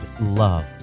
love